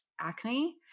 acne